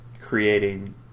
creating